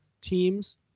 teams